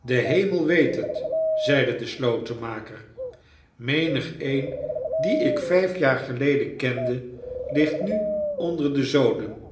de hemel weet het zeide de slotenmaker menigeen dien ik vijf jaren geleden kende ligt nu onder de zoden